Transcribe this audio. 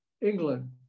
England